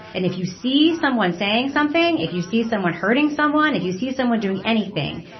and if you see someone saying something, if you see someone hurting someone, if you see someone doing anything,